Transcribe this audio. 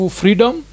freedom